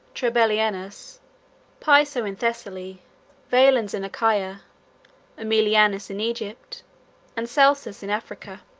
trebellianus piso in thessaly valens in achaia aemilianus in egypt and celsus in africa.